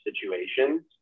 situations